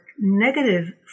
negative